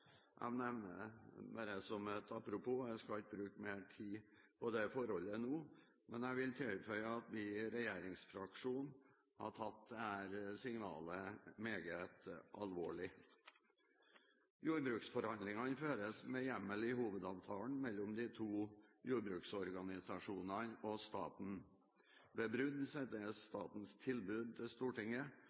Jeg nevner det bare som at apropos, og jeg skal ikke bruke mer tid på det forholdet nå, men jeg vil tilføye at vi i regjeringsfraksjonen har tatt dette signalet meget alvorlig. Jordbruksforhandlingene føres med hjemmel i hovedavtalen mellom de to jordbruksorganisasjonene og staten. Ved brudd sendes statens tilbud til Stortinget,